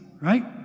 right